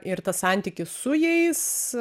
ir tas santykis su jais